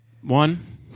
One